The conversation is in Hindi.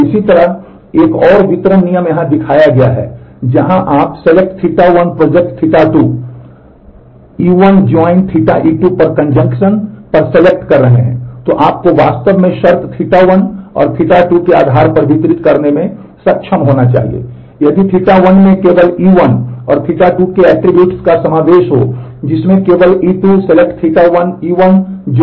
और इसी तरह एक और वितरण नियम यहाँ दिखाया गया है जहाँ आप σƟ1Ɵ2 शामिल हैं